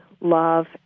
love